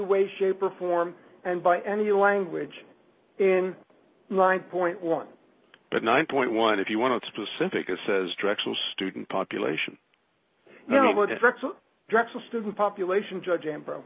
way shape or form and by any language in nine point one but nine point one if you want to specific it says tracks of student population drexel student population judging from